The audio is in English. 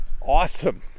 awesome